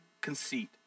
conceit